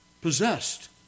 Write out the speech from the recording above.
possessed